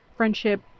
friendship